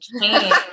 change